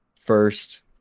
first